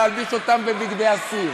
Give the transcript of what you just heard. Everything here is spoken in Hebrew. להלביש אותם בבגדי אסיר,